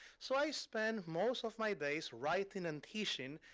so i spend most of my days writing and teaching,